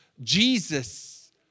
Jesus